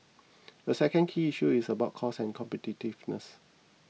a second key issue is about cost and competitiveness